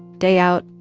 day out,